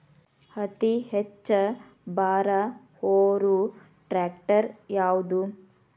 ಅತಿ ಹೆಚ್ಚ ಭಾರ ಹೊರು ಟ್ರ್ಯಾಕ್ಟರ್ ಯಾದು?